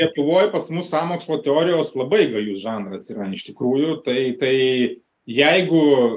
lietuvoj pas mus sąmokslo teorijos labai gajus žanras yra iš tikrųjų tai tai jeigu